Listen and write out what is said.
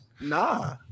nah